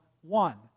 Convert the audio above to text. one